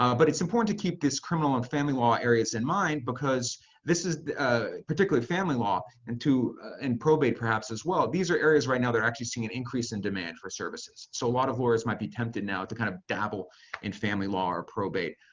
um but it's important to keep this criminal and family law areas in mind because this is particularly family law and and probate perhaps as well. these are areas right now that are actually seeing an increase in demand for services. so a lot of lawyers might be tempted now to kind of dabble in family law or probate.